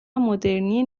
مدرنی